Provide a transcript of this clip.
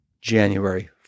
January